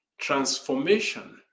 transformation